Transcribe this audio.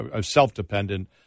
self-dependent